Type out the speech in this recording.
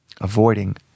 avoiding